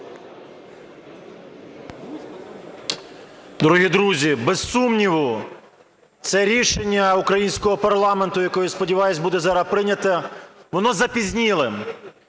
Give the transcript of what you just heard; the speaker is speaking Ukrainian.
Дорогі друзі, без сумніву – це рішення українського парламенту, яке, я сподіваюсь, буде зараз прийняте, воно запізніле.